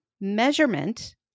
measurement